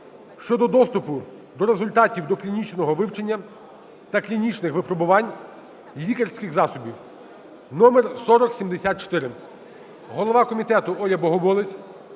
(щодо доступу до результатів доклінічного вивчення та клінічних випробувань лікарських засобів) (№ 4074). Голова комітету Оля Богомолець